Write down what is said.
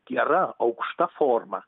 gera aukšta forma